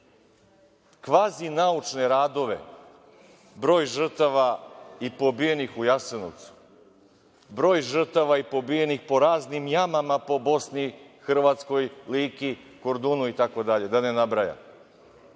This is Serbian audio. kvazinaučne radove broj žrtava i pobijenih u Jasenovcu, broj žrtava i pobijenih po raznim jamama po Bosni, Hrvatskoj, Liki, Kordunu, Baniji, itd, da ne nabrajam,